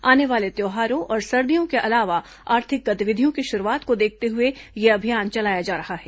आने वाले त्योहारों और सर्दियों के अलावा आर्थिक गतिविधियों की शुरुआत को देखते हुए यह अभियान चलाया जा रहा है